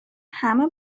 همه